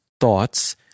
thoughts